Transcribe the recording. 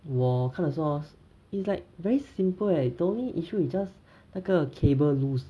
我看的时候 hor is like very simple eh the only issue is just 那个 cable loose